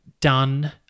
done